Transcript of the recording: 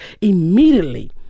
immediately